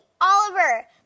Oliver